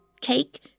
cake